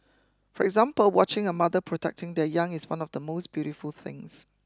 for example watching a mother protecting the young is one of the most beautiful things